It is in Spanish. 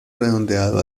redondeado